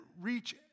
reach